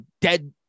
dead